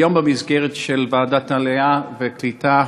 היום, במסגרת ועדת העלייה והקליטה,